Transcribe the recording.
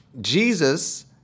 Jesus